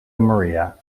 maria